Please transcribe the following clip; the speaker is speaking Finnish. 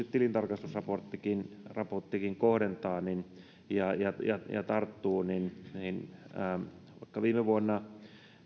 tilintarkastusraporttikin kohdentaa ja ja tarttuu vaikka viime vuonna